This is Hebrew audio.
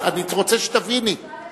אני רוצה שתביני,